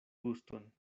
guston